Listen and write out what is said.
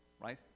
right